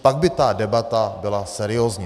Pak by ta debata byla seriózní.